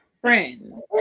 Friends